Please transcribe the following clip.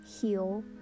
heal